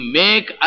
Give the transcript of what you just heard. make